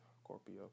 Scorpio